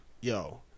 Yo